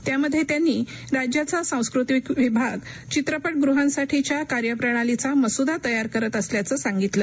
त्यामध्ये त्यांनी राज्याचा सांस्कृतिक विभाग चित्रपश्रेहांसाठीच्या कार्यप्रणालीचा मसुदा तयार करत असल्याचं सांगितलं